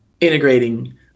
integrating